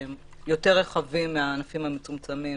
שהם יותר רחבים מהענפים המצומצמים.